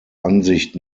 ansicht